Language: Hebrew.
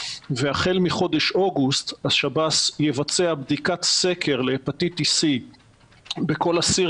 והחל בחודש אוגוסט השב"ס יבצע בדיקת סקר להפטיטיס סי בכל אסיר